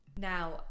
Now